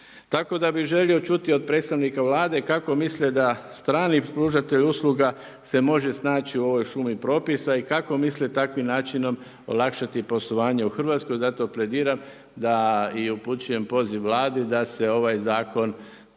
Tako da bih želio čuti od predstavnika Vlade kako misle da strani pružatelj usluga se može snaći u ovoj šumi propisa i kako misle takvim načinom olakšati poslovanje u Hrvatskoj. Zato plediram da i upućujem poziv Vladi da se ovaj zakon